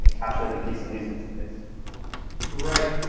mean, capture the piece of user interface right.